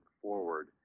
forward